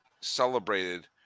celebrated